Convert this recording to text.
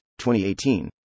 2018